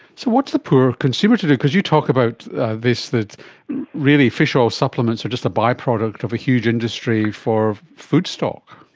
so what's the poor consumer to do? because you talk about this, that really fish oil supplements are just a by-product of a huge industry for food stock.